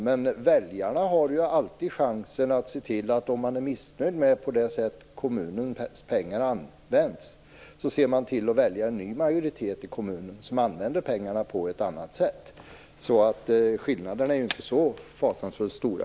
Men väljarna har alltid möjlighet att se till att om de är missnöjda med det sätt som kommunens pengar används ser de till att välja en ny majoritet i kommunen som använder pengarna på ett annat sätt. Skillnaderna är alltså inte så fasansfullt stora.